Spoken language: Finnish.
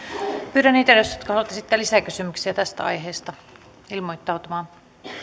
pyydän niitä edustajia jotka haluavat esittää lisäkysymyksiä tästä aiheesta ilmoittautumaan